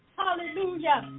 hallelujah